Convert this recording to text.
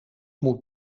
moet